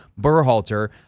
Berhalter